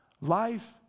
Life